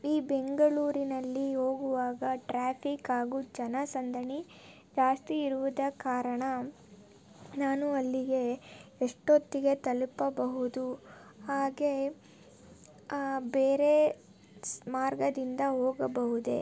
ಈ ಬೆಂಗಳೂರಿನಲ್ಲಿ ಹೋಗುವಾಗ ಟ್ರ್ಯಾಫಿಕ್ ಹಾಗೂ ಜನಸಂದಣಿ ಜಾಸ್ತಿ ಇರುವ ಕಾರಣ ನಾನು ಅಲ್ಲಿಗೆ ಎಷ್ಟೊತ್ತಿಗೆ ತಲುಪಬಹುದು ಹಾಗೇ ಬೇರೆ ಮಾರ್ಗದಿಂದ ಹೋಗಬಹುದೇ